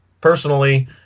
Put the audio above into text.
personally